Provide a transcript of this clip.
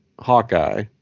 Hawkeye